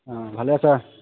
অঁ ভালে আছা